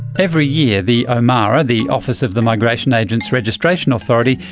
every year, the omara, the office of the migration agents registration authority,